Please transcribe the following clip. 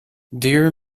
dear